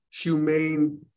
humane